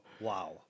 Wow